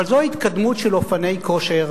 אבל זו התקדמות של אופני כושר,